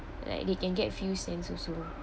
like they can get few cents also